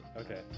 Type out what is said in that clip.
Okay